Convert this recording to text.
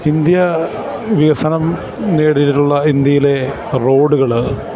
India വികസനം നേടിയിട്ടുള്ള ഇന്ത്യയിലെ റോഡുകള്